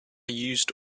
used